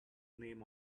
name